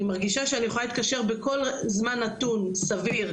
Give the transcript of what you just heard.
אני מרגישה שאני יכולה להתקשר בכל זמן נתון סביר,